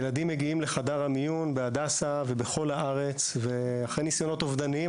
ילדים מגיעים לחדר המיון בהדסה ובכל הארץ אחרי ניסיונות אובדניים.